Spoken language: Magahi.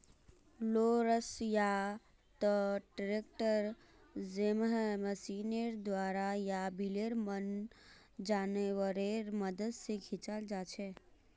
रोलर्स या त ट्रैक्टर जैमहँ मशीनेर द्वारा या बैलेर मन जानवरेर मदद से खींचाल जाछे